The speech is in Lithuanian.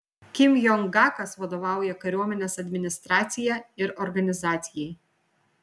kim jong gakas vadovauja kariuomenės administracija ir organizacijai